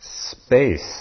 space